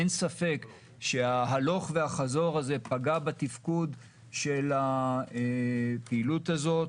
אין ספק שההלוך והחזור הזה פגע בתפקוד של הפעילות הזאת.